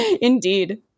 indeed